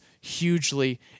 hugely